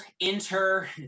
enter